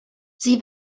sie